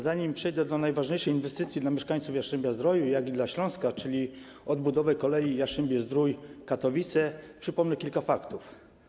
Zanim przejdę do najważniejszej inwestycji zarówno dla mieszkańców Jastrzębia-Zdroju, jak i dla Śląska, czyli odbudowy kolei Jastrzębie-Zdrój - Katowice, przypomnę kilka faktów.